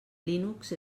linux